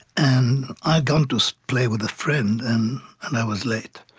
and i'd gone to so play with a friend, and and i was late.